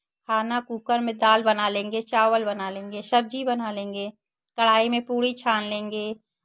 खाना कूकर में दाल बना लेंगे चावल बना लेंगे सब्जी बना लेंगे कड़ाही में पूड़ी छान लेंगे